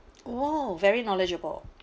!whoa! very knowledgeable